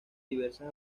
diversas